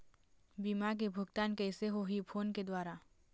बीमा के भुगतान कइसे होही फ़ोन के द्वारा?